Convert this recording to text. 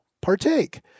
partake